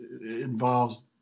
involves